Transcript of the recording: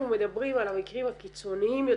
אנחנו מדברים על המקרים הקיצוניים יותר,